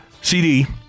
CD